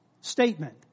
statement